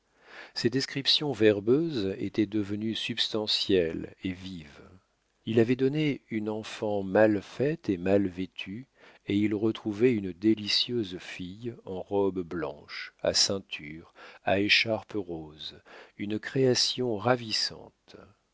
ses descriptions verbeuses étaient devenues substantielles et vives il avait donné une enfant mal faite et mal vêtue et il retrouvait une délicieuse fille en robe blanche à ceinture à écharpe roses une création ravissante